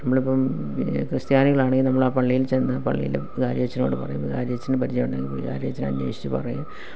നമ്മളിപ്പം ക്രിസ്ത്യാനികളാണേൽ നമ്മളാ പള്ളിയില് ചെന്ന് പള്ളിയിൽ വികാരി അച്ഛനോട് പറയുന്നു വികാരി അച്ഛൻ പരിചയം ഉണ്ടെങ്കിൽ വികാരി അച്ഛന് അന്വേഷിച്ച് പറയും